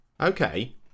Okay